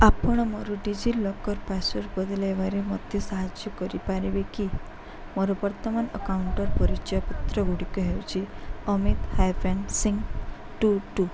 ଆପଣ ମୋର DigiLocker password ବଦଳେଇବାରେ ମୋତେ ସାହାଯ୍ୟ କରିପାରିବେ କି ମୋର ବର୍ତ୍ତମାନ ଆକାଉଣ୍ଟର ପରିଚୟପତ୍ରଗୁଡ଼ିକ ହେଉଛି Amit hyphen Singh two two ଏବଂ five four one two zero eight zero one one three